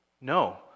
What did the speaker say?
No